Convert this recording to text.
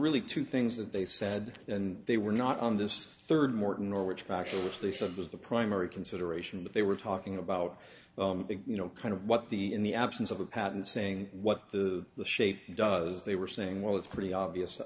really two things that they said they were not on this third morton or which faction which they said was the primary consideration but they were talking about you know kind of what the in the absence of a patent saying what the shape does they were saying well it's pretty obvious